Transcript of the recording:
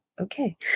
okay